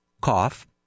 cough